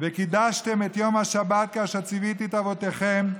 "וקִדשתם את יום השבת כאשר צִוִיתי את אבותיכם,